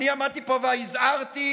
עמדתי פה והזהרתי,